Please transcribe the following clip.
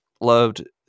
loved